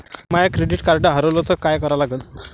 माय credit card हारवलं तर काय करा लागन?